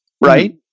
right